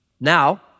Now